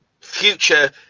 future